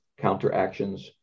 counteractions